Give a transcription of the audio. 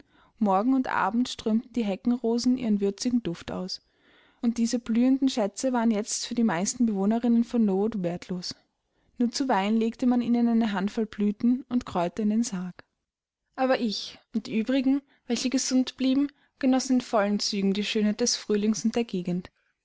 morgen und abend strömten die heckenrosen ihren würzigen duft aus und diese blühenden schätze waren jetzt für die meisten bewohnerinnen von lowood wertlos nur zuweilen legte man ihnen eine handvoll blüten und kräuter in den sarg aber ich und die übrigen welche gesund blieben genossen in vollen zügen die schönheit des frühlings und der gegend